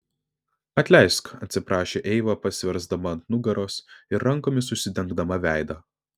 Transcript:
atleisk atsiprašė eiva pasiversdama ant nugaros ir rankomis užsidengdama veidą